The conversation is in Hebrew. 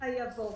ואחריה יבוא: